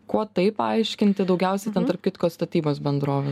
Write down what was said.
kuo tai paaiškinti daugiausiai ten tarp kitko statybos bendrovių